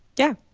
yeah.